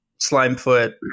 Slimefoot